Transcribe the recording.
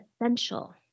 essential